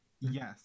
Yes